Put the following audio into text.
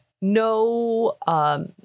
No